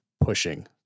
pushing